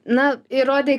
na įrodei